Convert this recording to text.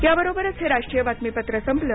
याबरोबरच हे राष्ट्रीय बातमीपत्र संपलं